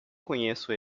conheço